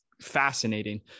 fascinating